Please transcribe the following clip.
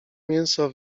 mięso